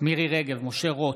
מירי מרים רגב, משה רוט,